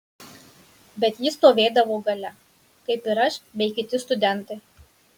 bet ji stovėdavo gale kaip ir aš bei kiti studentai